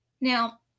now